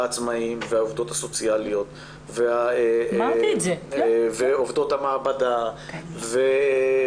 העצמאים, העובדות הסוציאליות, עובדות המעבדה,